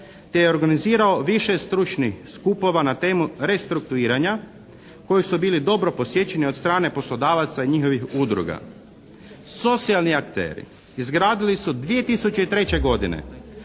te je organizirao više stručnih skupova na temu restruktuiranja koji su bili dobro posjećeni od strane poslodavaca i njihovih udruga. Socijalni akteri izgradili su 2003. godine